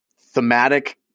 thematic